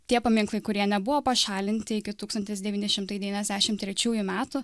tie paminklai kurie nebuvo pašalinti iki tūkstantis devyni šimtai devyniasdešim trečiųjų metų